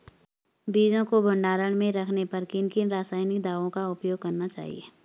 बीजों को भंडारण में रखने पर किन किन रासायनिक दावों का उपयोग करना चाहिए?